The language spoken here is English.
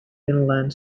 finland